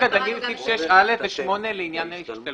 את סעיף 7. אנחנו כרגע דנים בסעיף 6א ו-8 לעניין ההשתלמויות.